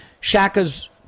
Shaka's